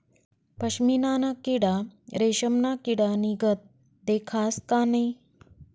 पशमीना ना किडा रेशमना किडानीगत दखास का नै